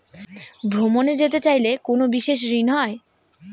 ভ্রমণে যেতে চাইলে কোনো বিশেষ ঋণ হয়?